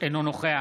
אינו נוכח